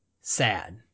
sad